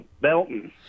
Belton